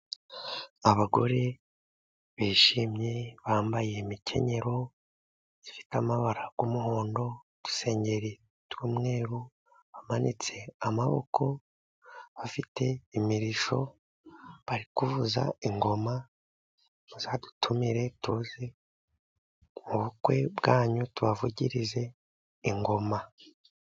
Abagore bishimye bambaye imikenyero ifite amabara y'umuhondo, udusengeri tw'umweru, bamanitse amaboko bafite imirishyo bari kuvuza ingoma, bazadutumire tuze mu bukwe bwanyu, tubavugirize ingoma.